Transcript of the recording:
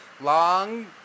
long